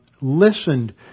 listened